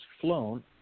flown